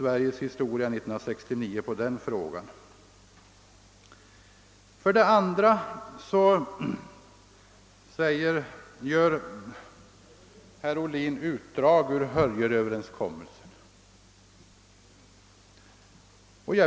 Vidare gör herr Ohlin utdrag ur Hörjelöverenskommelsen.